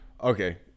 Okay